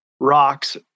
Rocks